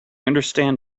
understand